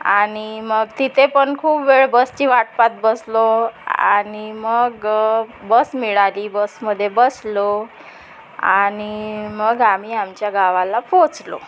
आणि मग तिथे पण खूप वेळ बसची वाट पाहात बसलो आणि मग बस मिळाली बसमध्ये बसलो आणि मग आम्ही आमच्या गावाला पोचलो